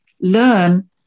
learn